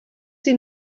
sie